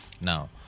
Now